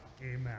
Amen